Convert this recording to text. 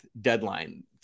deadline